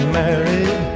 married